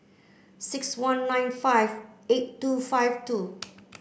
six one nine five eight two five two